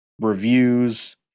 reviews